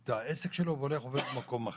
את העסק שלו והולך לעבוד במקום אחר,